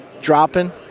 dropping